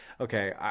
okay